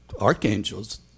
archangels